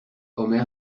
omer